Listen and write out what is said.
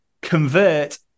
convert